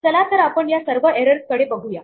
चला तर आपण या सर्व एररस कडे बघू या